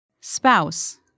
Spouse